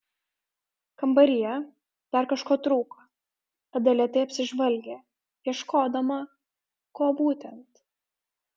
kambaryje dar kažko trūko ada lėtai apsižvalgė ieškodama ko būtent